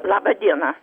laba diena